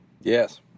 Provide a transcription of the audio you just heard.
Yes